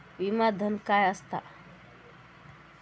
विमा धन काय असता?